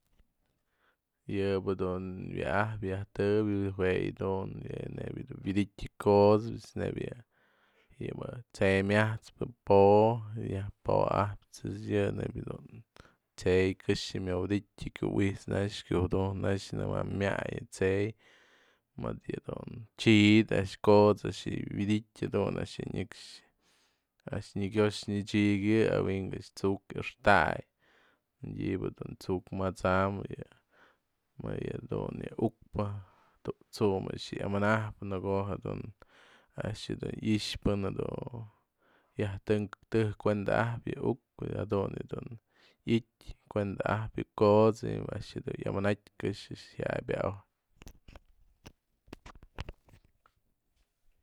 Yëbë dun wyabjyë yajtëbyë jue yë dun nebya dun wyëdytyë ko'ots nebia yë yë mëjk tsë'ëy myat'spë po'o nyaj po'o ajpyë ejt's yë nebya jadun tsë'ëy këxë myawyëdytyë kyuwi'ijt's naxë kyujudu'uj naxë ma myayën tsë'ëy mëdë yë dun chi'id a'ax ko'ots a'ax yë wyëdytyë jadun a'ax yë nyëx nygo'ox nychiky awi'in a'ax tsu'uk a'axtay mëdybë dun tsu'uk mat'sam yë më yë du u'ukpë tu'u t'su'um a'ax yamanajpë në ko'o je dun je a'ax dun i'ix pën jedun yaj tejkuenda ajpë jë u'uk jadun je dun ityë kuenda ajpë yë ko'ots jadun a'ax dun yamanatyë këxë a'ax jaya'ay pa'a ojyë.